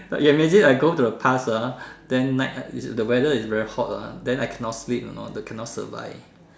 ya imagine I go to the past ah then night the weather is very hot ah then I cannot sleep you know then cannot survive